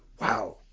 Wow